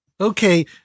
Okay